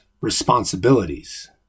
responsibilities